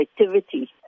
activity